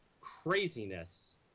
craziness